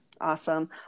Awesome